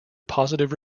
positive